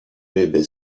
ryby